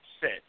sit